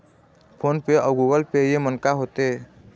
Phone पे अउ Google पे येमन का होते?